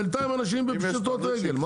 בינתיים אנשים בפשיטות רגל.